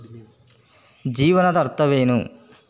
ಜೀವನದ ಅರ್ಥವೇನು